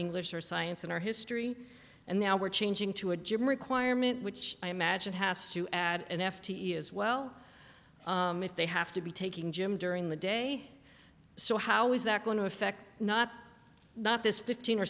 english or science in our history and now we're changing to a gym requirement which i imagine has to add an f t e as well if they have to be taking gym during the day so how is that going to affect not not this fifteen or